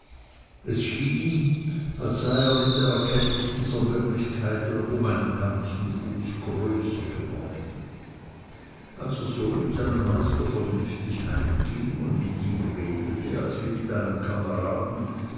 es schien als sei er mit der erkenntnis dieser möglichkeit um einen ganzen fuß größer geworden als er so mit seinem meister vernünftig heimging und mit ihm redete als wie mit einem kameraden